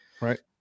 Right